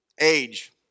Age